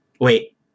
Wait